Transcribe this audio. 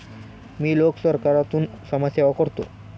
मी लोकसहकारातून समाजसेवा करतो